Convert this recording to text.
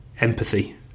empathy